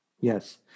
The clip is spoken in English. Yes